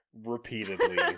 repeatedly